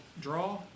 draw